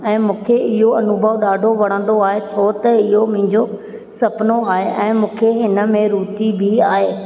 ऐं मूंखे इहो अनुभव ॾाढो वणंदो आहे छो त इहो मुंहिंजो सुपिनो आहे ऐं मूंखे हिन में रूची बि आहे